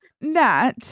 Nat